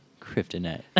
kryptonite